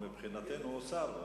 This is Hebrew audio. מבחינתנו הוא שר.